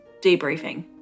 debriefing